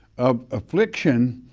of affliction,